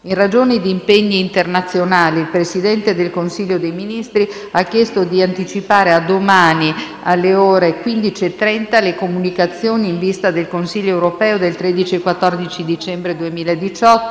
In ragione di impegni internazionali, il Presidente del Consiglio dei ministri ha chiesto di anticipare a domani, alle ore 15,30, le comunicazioni in vista del Consiglio europeo del 13 e 14 dicembre 2018,